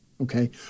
Okay